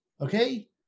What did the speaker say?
okay